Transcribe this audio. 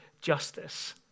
justice